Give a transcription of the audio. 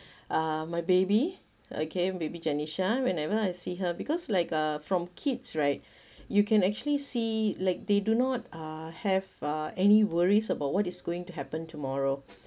uh my baby okay my baby genisha whenever I see her because like uh from kids right you can actually see like they do not uh have uh any worries about what is going to happen tomorrow